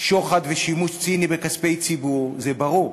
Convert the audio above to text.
שוחד ושימוש ציני בכספי ציבור, זה ברור.